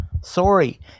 Sorry